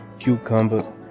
cucumber